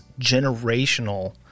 generational